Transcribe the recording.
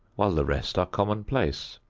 while the rest are commonplace.